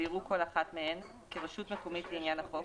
ויראו כל אחת מהן כרשות מקומית לעניין החוק,